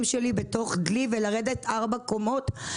שלי בדלי ולרדת ארבע קומות כדי לשפוך את זה.